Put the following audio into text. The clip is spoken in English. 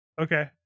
Okay